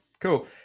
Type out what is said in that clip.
cool